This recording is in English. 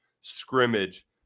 scrimmage